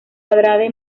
andrade